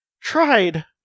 tried